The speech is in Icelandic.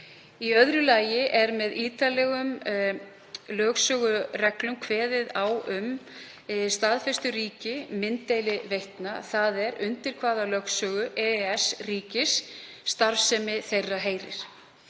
Í öðru lagi er með ítarlegum lögsögureglum kveðið á um staðfesturíki mynddeiliveitna, þ.e. undir lögsögu hvaða EES-ríkis starfsemi þeirra heyrir.